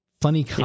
funny